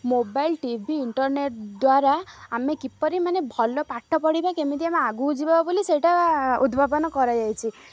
mobile T V internet ଦ୍ୱାରା ଆମେ କିପରି ମାନେ ଭଲ ପାଠ ପଢ଼ିବା କେମିତି ଆମେ ଆଗକୁ ଯିବା ବୋଲି ସେଇଟା ଉଦ୍ଭାବନ କରାଯାଇଛି